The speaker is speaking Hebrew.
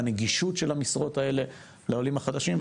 הוא הנגישות של המשרות האלה לעולים החדשים,